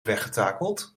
weggetakeld